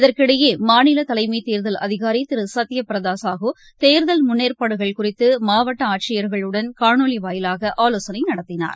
இதற்கிடையேமாநிலதலைமதேர்தல் அதிகாரிதிருசத்யபிரதாசாஹூ தேர்தல் முன்னேற்பாடுகள் குறித்துமாவட்டஆட்சியர்களுடன் காணொலிவாயிலாகஆலோசனைநடத்தினார்